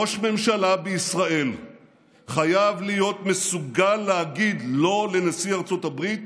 ראש ממשלה בישראל חייב להיות מסוגל להגיד לא לנשיא ארצות הברית